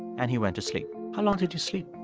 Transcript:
and he went to sleep how long did you sleep?